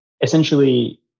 essentially